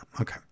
okay